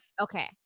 Okay